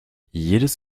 jedes